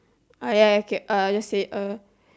ah ya ya k uh just say uh